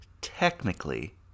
technically